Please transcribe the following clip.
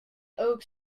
oaks